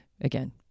again